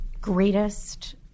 greatest